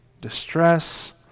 distress